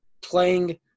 playing